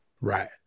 Right